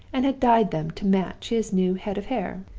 and had dyed them to match his new head of hair.